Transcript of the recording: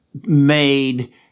made